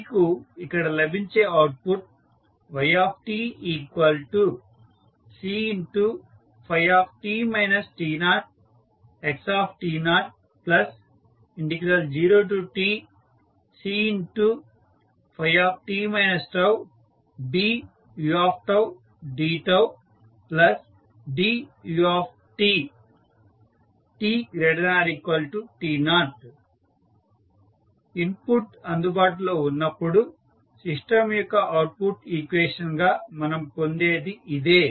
మీకు ఇక్కడ లభించే output yCφt t0xt00tCφt τBudτDutt≥t0 input అందుబాటులో ఉన్నప్పుడు సిస్టం యొక్క అవుట్పుట్ ఈక్వేషన్ గా మనం పొందేది ఇదే